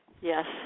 yes